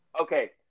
Okay